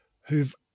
who've